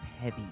heavy